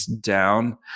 down